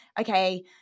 okay